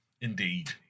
indeed